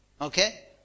Okay